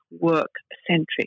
work-centric